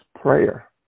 prayer